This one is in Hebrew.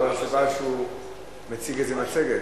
או אולי הסיבה היא שהוא מציג איזה מצגת.